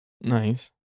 Nice